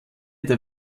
der